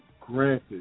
granted